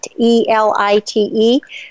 E-L-I-T-E